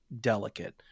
Delicate